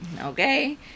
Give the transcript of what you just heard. Okay